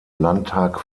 landtag